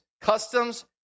customs